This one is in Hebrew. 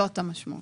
זאת המשמעות.